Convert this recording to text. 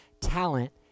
talent